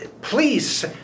please